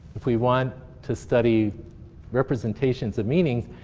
if we want to study representations of meaning,